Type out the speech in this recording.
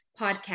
Podcast